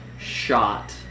Shot